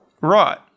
right